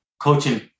coaching